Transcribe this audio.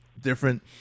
different